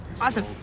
Awesome